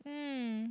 mm